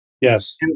Yes